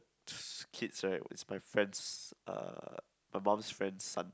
kids right was my friend's my mum's friend's son